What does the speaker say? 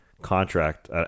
contract